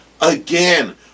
Again